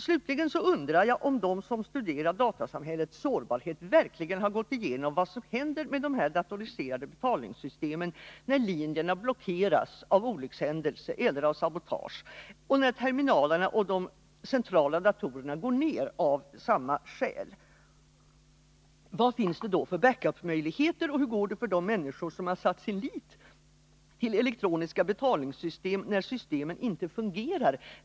Slutligen undrar jag om de som studerar datasamhällets sårbarhet verkligen har gått igenom vad som händer med de datoriserade betalningssystemen när linjerna blockeras på grund av olyckshändelse eller sabotage och när terminalerna och de centrala datorerna går ner av samma skäl. Vad finns det då för back up-möjligheter? Hur går det för de människor som satt sin lit till elektroniska betalningssystem, när systemen inte fungerar?